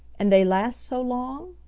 and they last so long?